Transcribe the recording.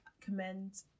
commend